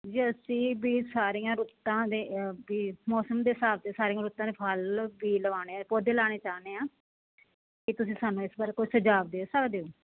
ਜੀ ਅਸੀਂ ਵੀ ਸਾਰੀਆਂ ਰੁੱਤਾਂ ਦੇ ਦੇ ਮੌਸਮ ਦੇ ਹਿਸਾਬ ਦੇ ਸਾਰੀਆਂ ਰੁੱਤਾਂ ਦੇ ਫਲ ਵੀ ਲਗਵਾਉਣੇ ਆ ਪੌਦੇ ਲਗਾਉਣੇ ਚਾਹੁੰਦੇ ਹਾਂ ਕੀ ਤੁਸੀਂ ਸਾਨੂੰ ਇਸ ਬਾਰੇ ਕੋਈ ਸੁਜਾਵ ਦੇ ਸਕਦੇ ਹੋ